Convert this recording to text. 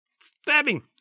stabbing